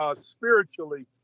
spiritually